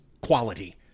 quality